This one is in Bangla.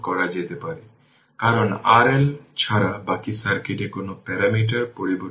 সুতরাং সেই কারণেই এগুলি প্যাসিভ উপাদান